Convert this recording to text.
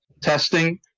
testing